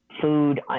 food